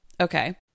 Okay